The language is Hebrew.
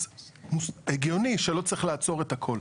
אז הגיוני שלא צריך לעצור את הכל.